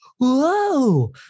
whoa